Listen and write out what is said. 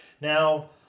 Now